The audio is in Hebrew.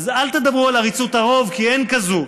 אז אל תדברו על עריצות הרוב, כי אין כזאת.